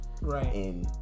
Right